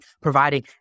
providing